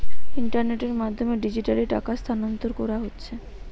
ইন্টারনেটের মাধ্যমে ডিজিটালি টাকা স্থানান্তর কোরা হচ্ছে